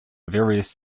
various